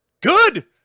good